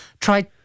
try